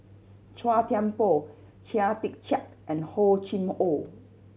Chua Thian Poh Chia Tee Chiak and Hor Chim Or